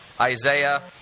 Isaiah